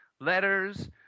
letters